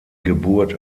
geburt